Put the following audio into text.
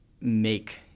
make